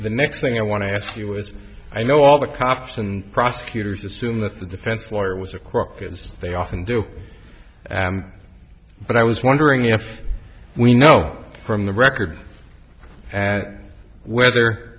the next thing i want to ask you is i know all the cops and prosecutors assume that the defense lawyer was a crook because they often do but i was wondering if we know from the record at whether